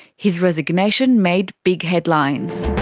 his resignation made big headlines.